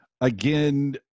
Again